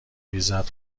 ریزد